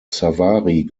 savary